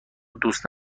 دوست